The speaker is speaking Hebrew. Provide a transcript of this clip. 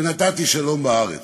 ונתתי שלום בארץ".